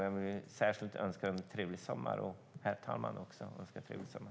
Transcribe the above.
Jag önskar personalen och talmannen en trevlig sommar.